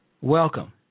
welcome